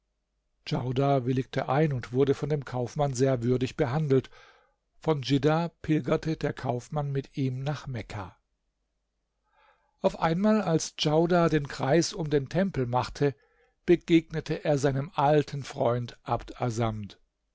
djaudar willigte ein und wurde von dem kaufmann sehr würdig behandelt von djiddah pilgerte der kaufmann mit ihm nach mekka auf einmal als djaudar den kreis um den tempel machte begegnete er seinem alten freund abd assamd